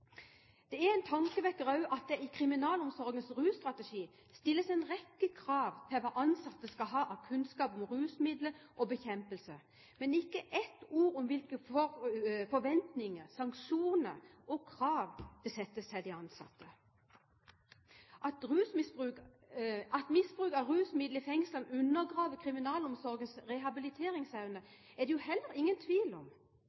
Det er en tankevekker også at det i kriminalomsorgens russtrategi stilles en rekke krav til hva ansatte skal ha av kunnskap om rusmidler og -bekjempelse, mens det ikke sies ett ord om hvilke forventninger, sanksjoner og krav det settes til de ansatte. At misbruk av rusmidler i fengslene undergraver kriminalomsorgens rehabiliteringsevne, er det heller ingen tvil om.